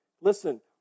Listen